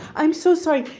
i'm so sorry.